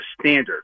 standard